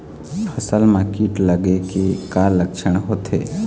फसल म कीट लगे के का लक्षण होथे?